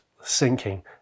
sinking